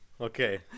Okay